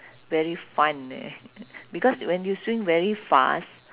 very fun eh because when you swing very fast